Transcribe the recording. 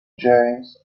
james